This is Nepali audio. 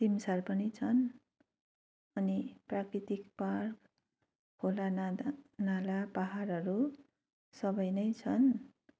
सिमसार पनि छन् अनि प्राकृतिक पार्क खोला नाला नाला पहाडहरू सबै नै छन्